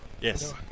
Yes